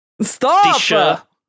Stop